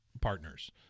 partners